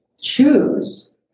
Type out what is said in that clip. choose